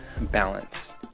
balance